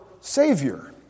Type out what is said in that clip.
Savior